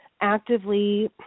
actively